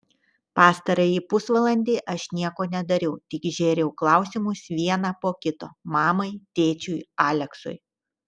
pastarąjį pusvalandį aš nieko nedariau tik žėriau klausimus vieną po kito mamai tėčiui aleksui